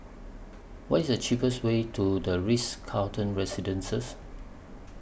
What IS The cheapest Way to The Ritz Carlton Residences